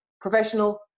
professional